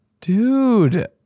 Dude